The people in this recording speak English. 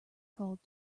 called